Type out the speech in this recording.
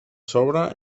sobre